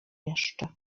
jeszcze